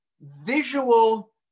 visual